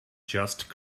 just